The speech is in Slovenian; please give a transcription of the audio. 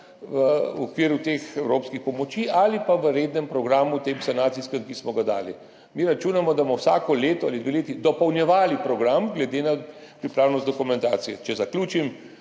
v okviru teh evropskih pomoči ali pa v tem rednem sanacijskem programu, ki smo ga dali. Mi računamo, da bomo vsako leto ali na dve leti dopolnjevali program glede na pripravljenost dokumentacije. Če zaključim,